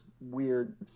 weird